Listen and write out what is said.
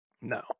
No